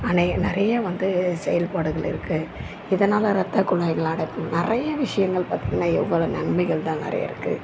நெ நிறைய வந்து செயல்பாடுகள் இருக்குது இதனால் இரத்த குழாய்கள் அடைப்பு நிறைய விஷயங்கள் பார்த்தீங்கனா எவ்வளோ நன்மைகள் தான் நிறைய இருக்குது